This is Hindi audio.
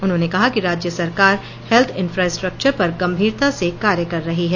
उन्होंने कहा कि राज्य सरकार हेत्थ इंफ्रास्टक्वर पर गंभीरता से कार्य कर रही है